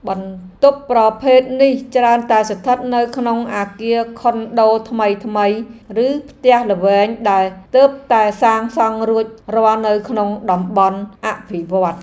បន្ទប់ប្រភេទនេះច្រើនតែស្ថិតនៅក្នុងអគារខុនដូថ្មីៗឬផ្ទះល្វែងដែលទើបតែសាងសង់រួចរាល់នៅក្នុងតំបន់អភិវឌ្ឍន៍។